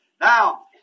Now